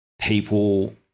people